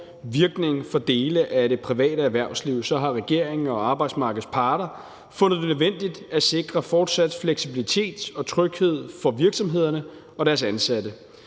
virkning for dele af det private erhvervsliv, har regeringen og arbejdsmarkedets parter fundet det nødvendigt at sikre fortsat fleksibilitet og tryghed for virksomhederne og deres ansatte.